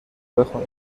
بوی